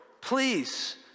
please